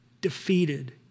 defeated